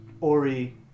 Ori